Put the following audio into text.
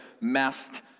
messed